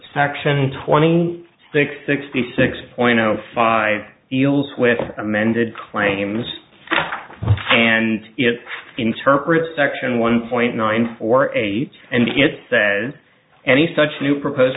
section twenty six sixty six point five deals with amended claims and it interprets section one point nine four eight and it says any such new proposed